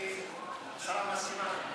השרה מסכימה,